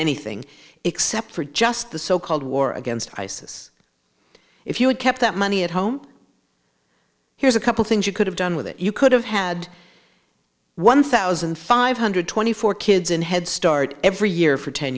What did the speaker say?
anything except for just the so called war against isis if you had kept that money at home here's a couple things you could have done with it you could have had one thousand five hundred twenty four kids in head start every year for ten